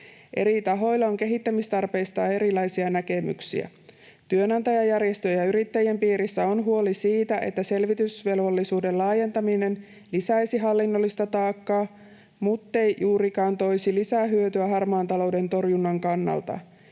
Eri tahoilla on kehittämistarpeista erilaisia näkemyksiä. Työnantajajärjestöjen ja yrittäjien piirissä on huoli siitä, että selvitysvelvollisuuden laajentaminen lisäisi hallinnollista taakkaa muttei juurikaan toisi lisähyötyä harmaan talouden torjunnan kannalta.